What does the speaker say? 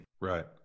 Right